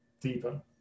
deeper